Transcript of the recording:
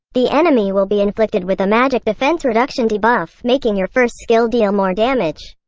the enemy will be inflicted with the magic defense reduction debuff, making your first skill deal more damage.